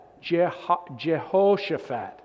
Jehoshaphat